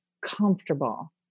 comfortable